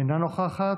אינה נוכחת,